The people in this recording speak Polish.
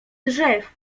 drzew